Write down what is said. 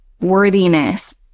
worthiness